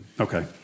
Okay